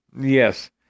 Yes